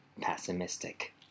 pessimistic